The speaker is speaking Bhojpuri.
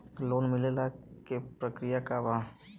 लोन मिलेला के प्रक्रिया का बा?